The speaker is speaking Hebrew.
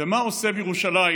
ומה עושה את ירושלים